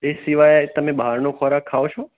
તે સિવાય તમે બહારનો ખોરાક ખાવ છો